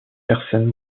personnes